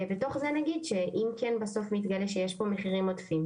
בתוך זה נגיד שאם כן בסוף יתגלה שיש פה מחירים עודפים,